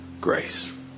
grace